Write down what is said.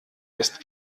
ist